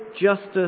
justice